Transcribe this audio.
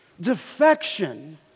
defection